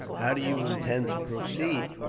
how do you intend to proceed?